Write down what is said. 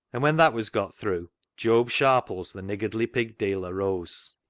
and when that was got through, job sharpies, the niggardly pig-dealer, rose.